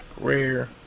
Rare